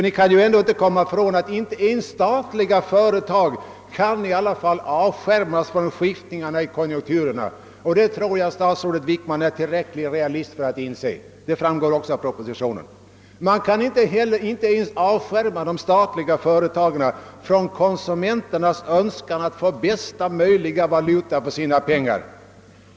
Ni kan ändå inte komma ifrån, att inte ens statliga företag kan avskärmas från skiftningarna i konjunkturerna; det tror jag att statsrådet Wickman är tillräckligt mycket realist för att inse detta framgår också av propositionen. Man kan inte heller avskärma de statliga företagen från konsumenternas önskan att få bästa möjliga valuta för sina pengar.